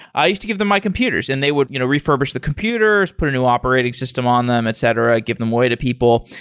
i used to give them my computers and they would you know refurbish the computers, put new operating system on them, etc, and give them away to people.